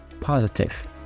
positive